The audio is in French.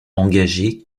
engagés